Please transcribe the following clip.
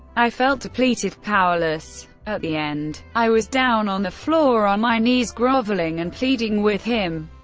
i felt depleted, powerless. at the end, i was down on the floor on my knees groveling and pleading with him.